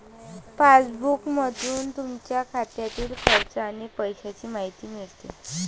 पासबुकमधून तुमच्या खात्यातील खर्च आणि पैशांची माहिती मिळते